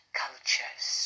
cultures